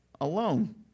alone